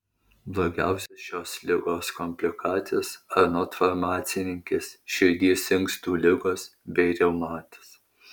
blogiausios šios ligos komplikacijos anot farmacininkės širdies inkstų ligos bei reumatas